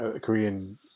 Korean